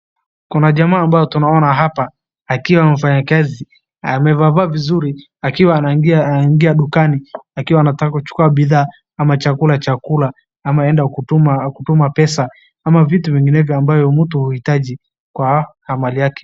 Jamaa mfanyakazi amevaa vaa vizuri akiwa anaingia dukani akiwa anataka kuchukua bidhaa ama chakula ama anaenda kutuma pesa ama vitu vinginevyo mtu huhitaji kwa mali yake.